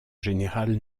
général